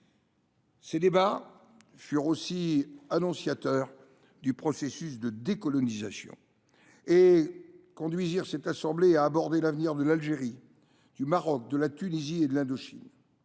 Ces débats furent aussi annonciateurs du processus de décolonisation et conduisirent cette assemblée à aborder l’avenir de l’Algérie, du Maroc, de la Tunisie et de l’Indochine.